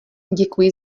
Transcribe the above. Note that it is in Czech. děkuji